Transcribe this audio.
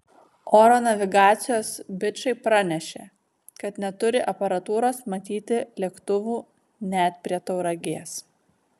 oro navigacijos bičai pranešė kad neturi aparatūros matyti lėktuvų net prie tauragės